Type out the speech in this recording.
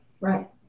Right